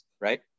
right